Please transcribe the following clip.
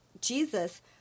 Jesus